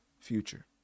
future